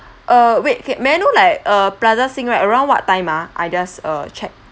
uh wait ca~ may I know like uh plaza sing right around what time ah I just uh check